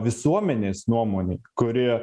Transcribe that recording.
visuomenės nuomonei kuri